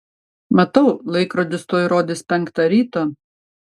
matau laikrodis tuoj rodys penktą ryto